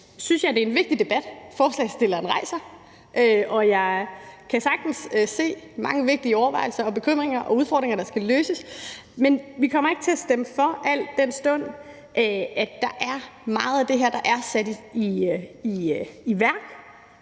synes jeg, det er en vigtig debat, forslagsstilleren rejser, og jeg kan sagtens se mange vigtige overvejelser og bekymringer og udfordringer, der skal løses, men vi kommer ikke til at stemme for, al den stund at der er meget af det her, der er sat i værk,